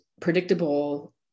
predictable